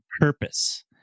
purpose